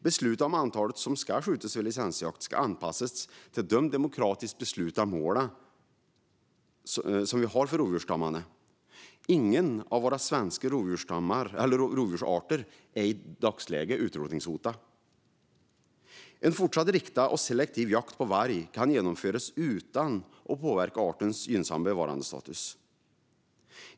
Besluten om det antal som ska skjutas vid licensjakt ska anpassas till de demokratiskt beslutade målen för rovdjursstammarna. Inga av våra svenska rovdjursarter är i dagsläget utrotningshotade. En fortsatt riktad och selektiv jakt på varg kan genomföras utan att påverka artens gynnsamma bevarandestatus.